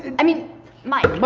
i mean mike.